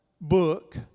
book